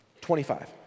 25